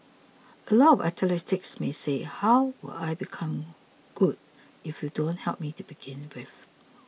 a lot of athletes may say how will I become good if you don't help me to begin with